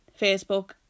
Facebook